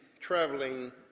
traveling